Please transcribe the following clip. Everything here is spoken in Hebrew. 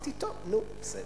אמרתי: טוב, נו, בסדר,